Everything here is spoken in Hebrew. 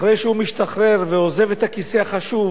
אחרי שהוא משתחרר ועוזב את הכיסא החשוב